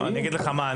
אני אגיד לך מה,